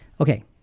Okay